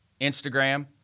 Instagram